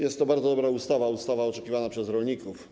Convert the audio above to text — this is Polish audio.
Jest to bardzo dobra ustawa, ustawa oczekiwana przez rolników.